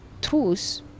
truth